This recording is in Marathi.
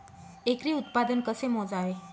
एकरी उत्पादन कसे मोजावे?